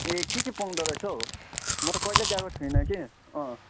ए के के पाउँदो रहेछ हौ म त कहिले गएको छुइनँ कि अँ